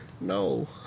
no